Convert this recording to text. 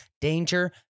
danger